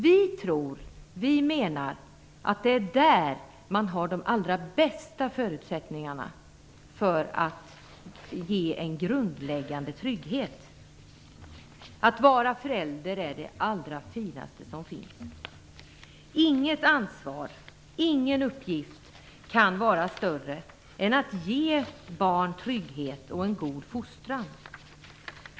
Vi tror, vi menar att det är där man har de allra bästa förutsättningarna för att ge en grundläggande trygghet. Att vara förälder är det allra finaste som finns. Inget ansvar, ingen uppgift kan vara större än att ge barn trygghet och en god fostran.